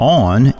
on